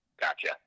Gotcha